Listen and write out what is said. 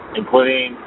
including